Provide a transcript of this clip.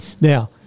Now